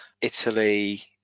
Italy